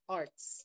arts